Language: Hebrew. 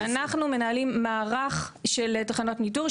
ואנחנו מנהלים מערך של תחנות ניטור,